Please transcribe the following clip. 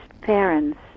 parents